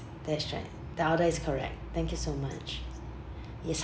that's right the order is correct thank you so much yes